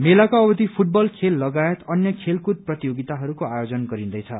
मेलाको अवधि फूटबल खेल लगायत अन्य खेलकूद प्रतियोगिताहरूको आयोजन गरिन्दैछ